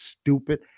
stupid